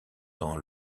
dans